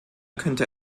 könnte